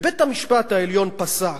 ובית-המשפט העליון פסק